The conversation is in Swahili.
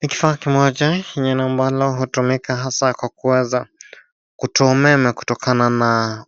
Ni kifaa kimoja yenye na ambalo hutumika hasa kwa kuweza kutoa umeme kutokana na